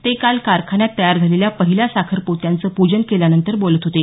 ते काल कारखान्यात तयार झालेल्या पहिल्या साखर पोत्यांचे पूजन केल्यानंतर बोलत होते